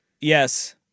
Yes